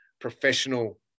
professional